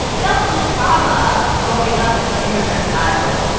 and also the trauma of growing up as an immigrant child.